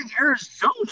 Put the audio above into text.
Arizona